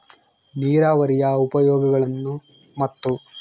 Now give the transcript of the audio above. ನೇರಾವರಿಯ ಉಪಯೋಗಗಳನ್ನು ಮತ್ತು?